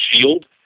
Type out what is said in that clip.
Shield